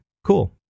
Cool